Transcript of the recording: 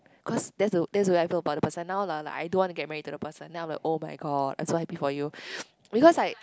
cause that's the that's the where I feel about the person now lah like I don't want to get married to the person then I'm like oh-my-god I'm so happy for you because like